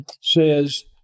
says